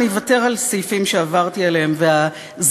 אני אוותר על סעיפים שעברתי עליהם והזדון